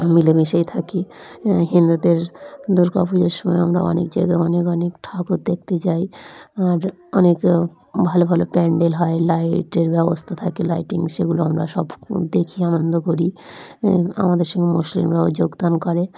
মিলেমিশেই থাকি হিন্দুদের দুর্গাপুজোর সময় আমরা অনেক জায়গায় অনেক অনেক ঠাকুর দেখতে যাই আর অনেক ভালো ভালো প্যান্ডেল হয় লাইটের ব্যবস্থা থাকে লাইটিং সেগুলো আমরা সব দেখি আনন্দ করি আমাদের সঙ্গে মুসলিমরাও যোগদান করে